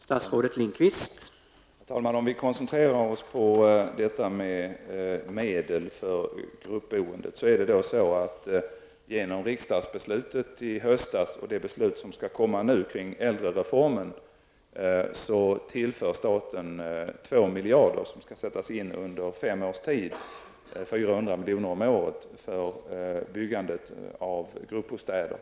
Herr talman! Om vi koncentrerar oss på frågan om medel för gruppboendet, tillför staten genom det beslut som fattades i höstas och det beslut som skall komma om äldrereformen 2 miljarder kronor som skall sättas in under fem års tid, dvs. 400 milj.kr. om året, för byggande av gruppbostäder.